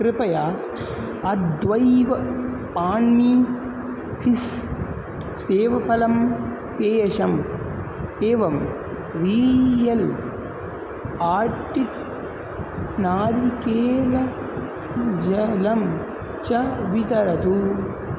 कृपया अद्यैव आण्णीं फिस्स् सेवफलम् पेयम् एवं रीयल् आर्टिक् नारिकेलजलम् च वितरतु